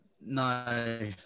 No